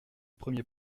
premiers